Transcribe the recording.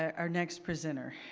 our next presenter,